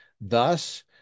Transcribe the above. Thus